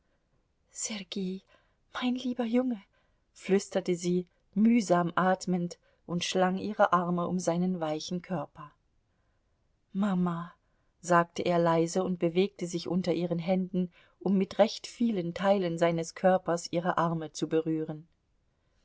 sergei mein lieber junge flüsterte sie mühsam atmend und schlang ihre arme um seinen weichen körper mama sagte er leise und bewegte sich unter ihren händen um mit recht vielen teilen seines körpers ihre arme zu berühren